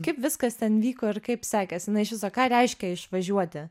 kaip viskas ten vyko ir kaip sekėsi na iš viso ką reiškia išvažiuoti